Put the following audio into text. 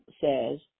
says